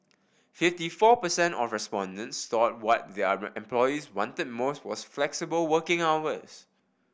fifty four per cent of respondents thought what their employees wanted most was flexible working hours